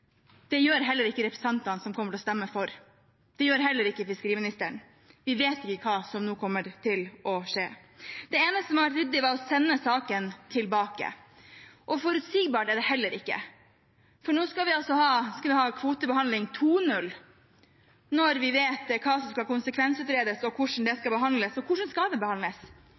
Det gjør heller ikke representantene som kommer til å stemme for. Det gjør heller ikke fiskeriministeren. Vi vet ikke hva som nå kommer til å skje. Det eneste ryddige var å sende saken tilbake. Forutsigbart er det heller ikke, for nå skal vi altså ha kvotebehandling 2.0 – når vi vet hva som skal konsekvensutredes, og hvordan det skal behandles. Og hvordan skal det behandles?